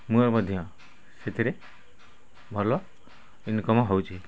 ମୋର ମଧ୍ୟ ସେଥିରେ ଭଲ ଇନ୍କମ୍ ହେଉଛି